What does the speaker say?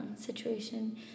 situation